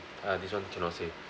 !huh! this one cannot say